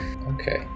Okay